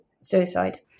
suicide